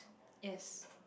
yes